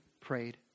prayed